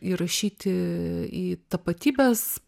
įrašyti į tapatybes